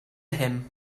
him